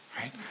right